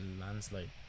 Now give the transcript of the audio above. landslide